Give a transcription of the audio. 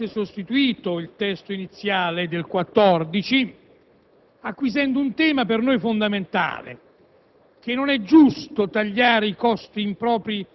il lavoro in Commissione ha integralmente sostituito il testo iniziale dell'articolo 14, acquisendo un tema per noi fondamentale,